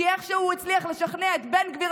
כי איכשהו הוא הצליח לשכנע את בן גביר,